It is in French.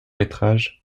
métrages